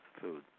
food